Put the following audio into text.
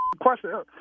question